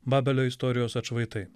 babelio istorijos atšvaitai